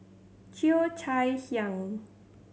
Cheo Chai Hiang